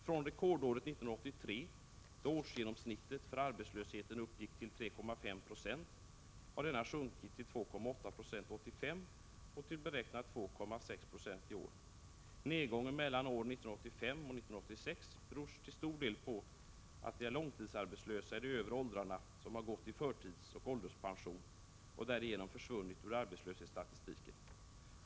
Från rekordåret 1983, då årsgenomsnittet för arbetslösheten uppgick till 3,5 26, har siffran sjunkit till 2,8 Zo 1985 och beräknas bli 2,6 26 i år. Nedgången mellan år 1985 och 1986 beror till stor del att långtidsarbetslösa i de övre åldrarna har gått i förtidsoch ålderspension och därigenom försvunnit ur arbetslöshetsstatistiken.